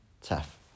tough